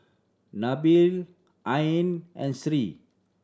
Nabil Ain and Sri